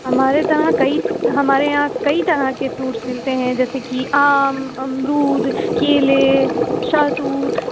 ہمارے طرح کئی ہمارے یہاں کئی طرح کے فروٹس ملتے ہیں جیسے کہ آم امرود کیلے شہتوت